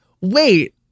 wait